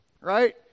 right